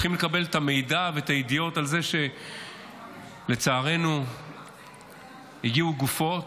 מתחילים לקבל את המידע ואת הידיעות על זה שלצערנו הגיעו גופות,